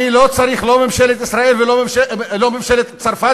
אני לא צריך לא את ממשלת ישראל ולא את ממשלת צרפת